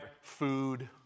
food